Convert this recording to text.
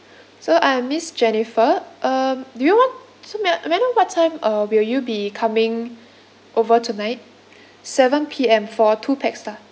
so I'm miss jennifer um do you want so ma~ may I know what time uh will you be coming over tonight seven P_M for two pax lah